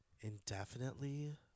Indefinitely